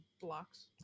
blocks